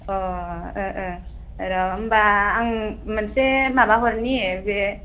अ ओ ओ र' होमब्ला आं मोनसे माबा हरनि बे